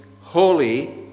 holy